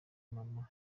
mama